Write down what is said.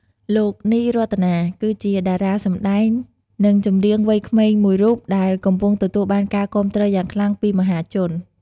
លោក នី រតនា គឺជាតារាសម្តែងនិងចម្រៀងវ័យក្មេងមួយរូបដែលកំពុងទទួលបានការគាំទ្រយ៉ាងខ្លាំងពីមហាជន។